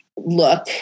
look